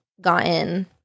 gotten